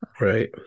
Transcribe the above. Right